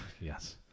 Yes